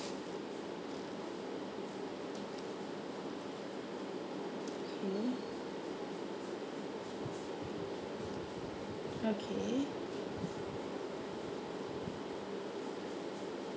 okay okay